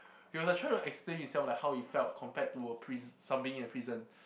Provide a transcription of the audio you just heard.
he was like trying to explain himself like how it felt compared to a prince something in a prison